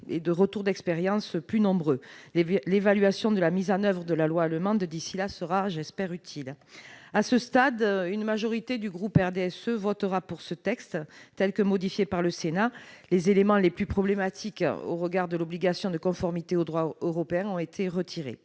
et de retours d'expérience plus nombreux, notamment de l'évaluation de la mise en oeuvre de la loi allemande. À ce stade, une majorité du groupe du RDSE votera pour ce texte, tel qu'il a été modifié par le Sénat. Les éléments les plus problématiques au regard de l'obligation de conformité au droit européen ont été retirés.